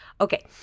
okay